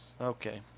okay